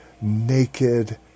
naked